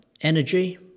energy